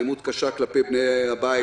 אלימות קשה כלפי בני הבית,